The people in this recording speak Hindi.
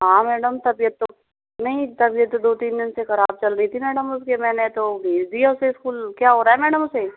हाँ मैडम तबियत तो नहीं तबियत तो दो तीन दिन से ख़राब चल रही थी मैडम उसकी मैंने तो भेज दिया उसे स्कूल क्या हो रहा है मैडम उसे